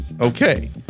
Okay